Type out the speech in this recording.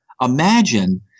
Imagine